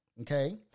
Okay